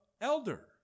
elder